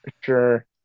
Sure